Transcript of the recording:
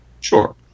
Sure